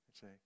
say